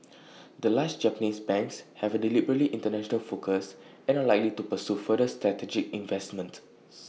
the large Japanese banks have A deliberately International focus and are likely to pursue further strategic investments